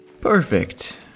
Perfect